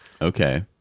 okay